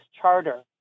Charter